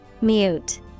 Mute